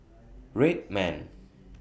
Red Man